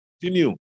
continue